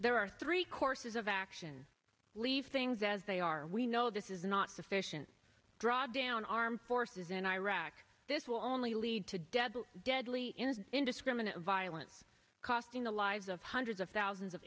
there are three courses of action leave things as they are we know this is not sufficient draw down armed forces in iraq this will only lead to deadly deadly indiscriminate violence costing the lives of hundreds of thousands of